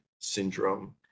syndrome